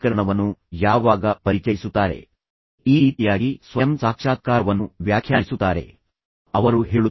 6 ಮತ್ತು 10 ಸಿಪಿಐ ಇದು ಅಷ್ಟು ದೊಡ್ಡ ವ್ಯತ್ಯಾಸವಲ್ಲ ಅದು ಬಹುತೇಕ ಹತ್ತಿರದಲ್ಲಿದೆ ಎಂದು ಅವನಿಗೆ ಹೇಳುವುದು